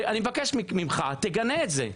אני מבקש ממך: תגנה את זה.